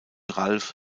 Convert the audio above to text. ralf